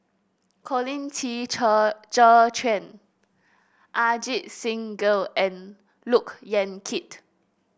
Colin Qi Zhe Quan Ajit Singh Gill and Look Yan Kit